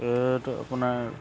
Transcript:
এইটো আপোনাৰ